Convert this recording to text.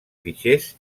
fitxers